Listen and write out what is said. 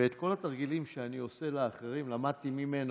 ואת כל התרגילים שאני עושה לאחרים למדתי ממנו,